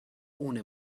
ohne